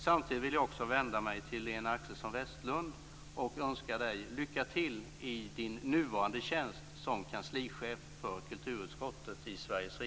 Samtidigt vill jag också vända mig till Lena Axelsson-Westlund och önska henne lycka till i hennes nuvarande tjänst som kanslichef för kulturutskottet i